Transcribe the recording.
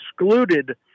excluded